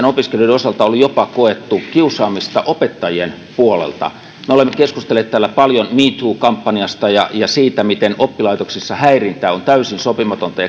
opiskelijoiden osalta oli jopa koettu kiusaamista opettajien puolelta me olemme keskustelleet täällä paljon me too kampanjasta ja siitä miten oppilaitoksissa häirintä on täysin sopimatonta